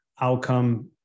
outcome